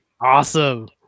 Awesome